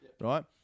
right